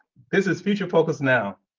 this is future focus now.